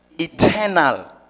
eternal